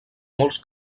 molts